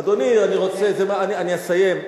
אדוני, אני רוצה, אני אסיים.